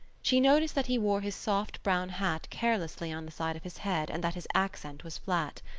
she noticed that he wore his soft brown hat carelessly on the side of his head and that his accent was flat.